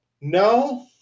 no